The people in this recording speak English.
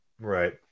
right